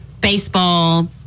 baseball